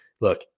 look